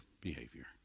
behavior